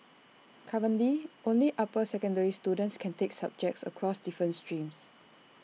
currently only upper secondary students can take subjects across different streams